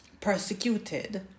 persecuted